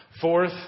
Fourth